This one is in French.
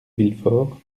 villefort